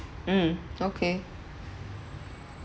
mm okay